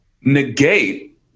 negate